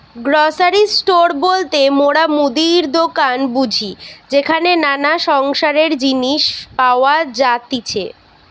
grocery store বলতে মোরা মুদির দোকান বুঝি যেখানে নানা সংসারের জিনিস পাওয়া যাতিছে